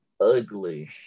ugly